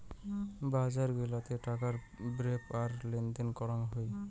বজার গিলাতে টাকার বেপ্র আর লেনদেন করাং হই